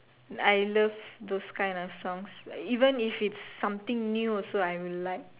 I love those kind of songs even if it's something new also I will like